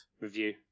review